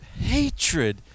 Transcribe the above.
hatred